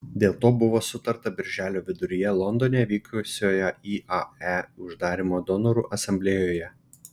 dėl to buvo sutarta birželio viduryje londone vykusioje iae uždarymo donorų asamblėjoje